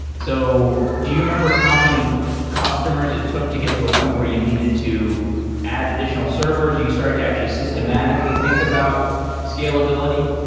so do you remember how many customers it took to get to a point where you needed to add additional servers? did you started to actually systematically think about scalability?